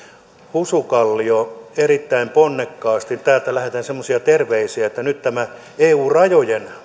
husu kallio erittäin ponnekkaasti täältä lähetän semmoisia terveisiä nyt tämän eu rajojen